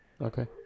Okay